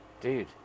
dude